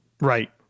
Right